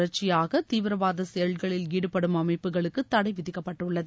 தொடர்ச்சியாக தீவிரவாத செயல்களில் ஈடுபடும் அமைப்புகளுக்கு இதன் தளட விதிக்கப்பட்டுள்ளது